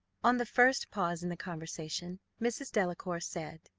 on the first pause in the conversation, mrs. delacour said,